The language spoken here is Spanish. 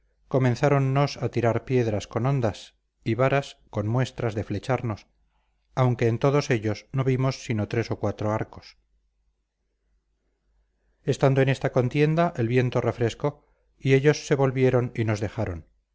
comenzáronnos a tirar piedras con hondas y varas con muestras de flecharnos aunque en todos ellos no vimos sino tres o cuatro arcos estando en esta contienda el viento refrescó y ellos se volvieron y nos dejaron